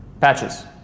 Patches